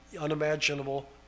unimaginable